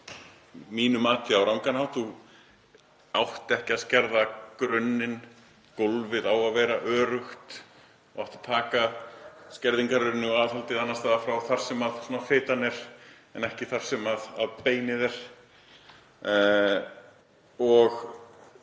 mínu mati á rangan hátt. Þú átt ekki að skerða grunninn, gólfið á að vera öruggt. Þú átt að taka skerðingar og aðhaldið annars staðar frá, þar sem fitan er en ekki þar sem beinið er.